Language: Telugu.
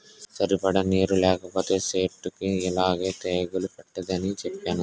సరిపడా నీరు లేకపోతే సెట్టుకి యిలాగే తెగులు పట్టేద్దని సెప్పేనా?